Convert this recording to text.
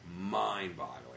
mind-boggling